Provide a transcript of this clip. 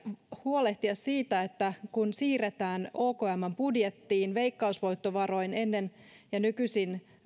huolehtia siitä että kun siirretään okmn budjettiin veikkausvoittovaroin nykyisin